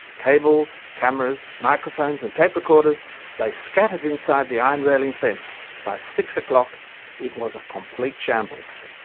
cables, cameras, microphones and tape-recorders lay scattered inside the iron railing fence. by six o'clock it was a complete shambles.